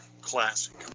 classic